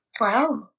Wow